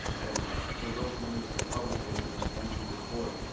and for those members of the public, as was mentioned before,